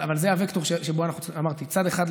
אבל זה הווקטור אמרתי: מצד אחד,